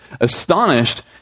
Astonished